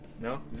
No